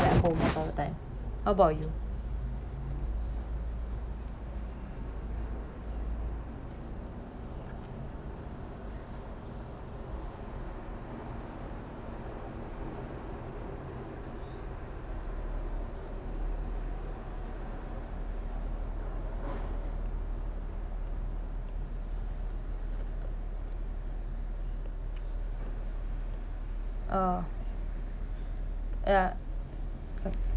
at home all the time how about you uh ya